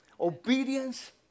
Obedience